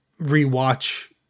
rewatch